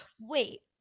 Wait